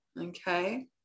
Okay